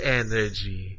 energy